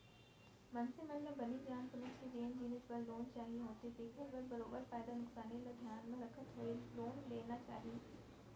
मनसे मन ल बने जान समझ के जेन जिनिस बर लोन चाही होथे तेखर बर बरोबर फायदा नुकसानी ल धियान म रखत होय लोन लेना चाही